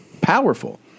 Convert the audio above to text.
powerful